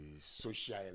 social